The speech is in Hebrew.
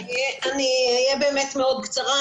אני אהיה מאוד קצרה,